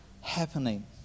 happening